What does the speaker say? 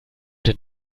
denn